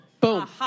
Boom